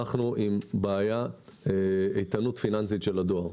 אנחנו בבעיה: איתנות פיננסית של הדואר.